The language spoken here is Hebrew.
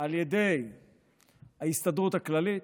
על ידי ההסתדרות הכללית,